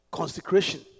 consecration